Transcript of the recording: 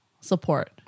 support